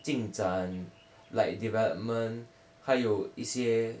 进展 like development 还有一些